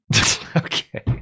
Okay